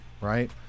Right